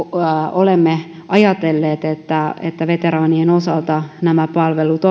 olemme ajatelleet että että veteraanien osalta nämä palvelut